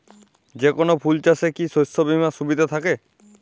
যেকোন ফুল চাষে কি শস্য বিমার সুবিধা থাকে?